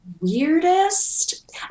Weirdest